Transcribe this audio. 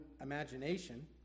imagination